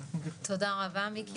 תודה רבה מיקי,